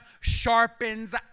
sharpens